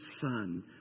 son